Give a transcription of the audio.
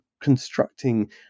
constructing